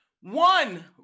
One